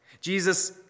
Jesus